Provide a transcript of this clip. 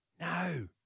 No